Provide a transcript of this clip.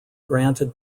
granted